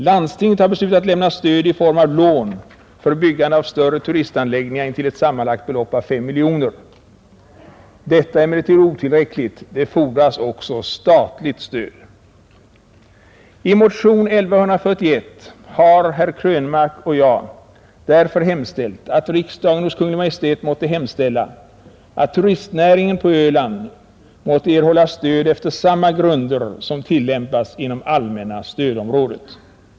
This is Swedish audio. Landstinget har beslutat lämna stöd i form av lån för byggande av större turistanläggningar intill ett sammanlagt belopp av 5 miljoner. Detta är emellertid otillräckligt. Det fordras också statligt stöd. I motion 1141 har herr Krönmark och jag därför yrkat att riksdagen hos Kungl. Maj:t måtte hemställa att turistnäringen på Öland erhåller stöd efter samma grunder som tillämpas inom allmänna stödområdet.